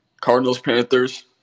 Cardinals-Panthers